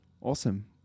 awesome